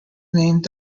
named